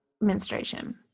menstruation